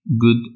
good